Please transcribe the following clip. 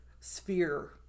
sphere